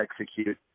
execute